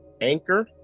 Anchor